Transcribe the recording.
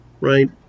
right